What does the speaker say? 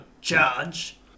Charge